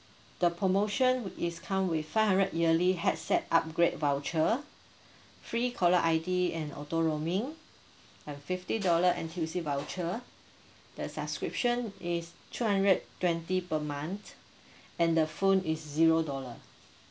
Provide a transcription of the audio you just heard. the promotion is come with five hundred yearly head set upgrade voucher free caller I_D and auto roaming and fifty dollar N_T_U_C voucher the subscription is two hundred twenty per month and the phone is zero dollar